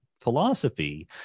philosophy